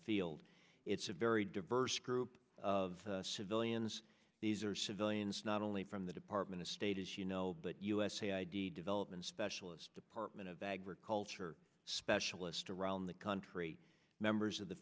field it's a very diverse group of civilians these are civilians not only from the department of state as you know but usa id development specialist department of agriculture specialist around the country members